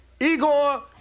Igor